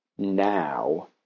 now